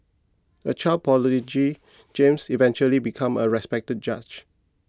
a child prodigy James eventually become a respected judge